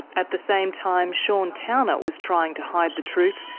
at the same time sean towner was trying to hide the truth,